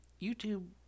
YouTube